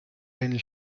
einen